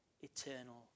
eternal